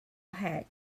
had